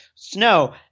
Snow